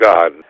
God